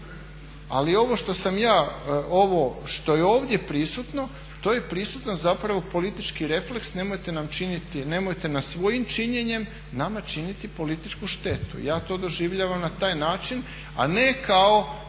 Ali ovo što je ovo ovdje prisutno to je prisutno zapravo politički refleks nemojte na svojim činjenjem nama činiti političku štetu. Ja to doživljavam na taj način a ne kao